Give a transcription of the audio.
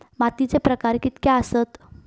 मातीचे प्रकार कितके आसत?